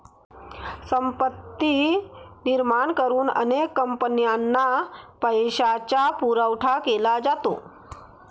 संपत्ती निर्माण करून अनेक कंपन्यांना पैशाचा पुरवठा केला जातो